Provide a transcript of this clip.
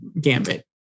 gambit